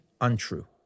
untrue